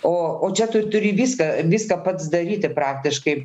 o o čia tu turi viską viską pats daryti praktiškai